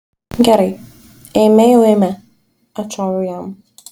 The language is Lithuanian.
gerai eime jau eime atšoviau jam